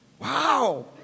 Wow